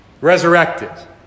resurrected